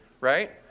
right